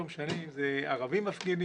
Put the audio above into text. לא משנה אם ערבים מפגינים,